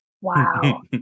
Wow